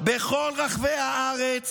בכל רחבי הארץ